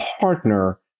partner